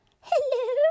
hello